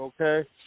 okay